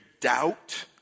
doubt